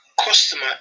customer